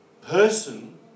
person